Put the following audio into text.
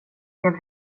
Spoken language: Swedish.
blev